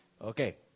Okay